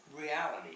reality